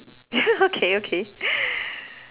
okay okay